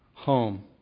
home